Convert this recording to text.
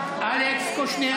קושניר,